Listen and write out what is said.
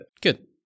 Good